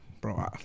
Bro